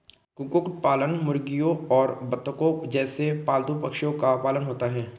कुक्कुट पालन मुर्गियों और बत्तखों जैसे पालतू पक्षियों का पालन होता है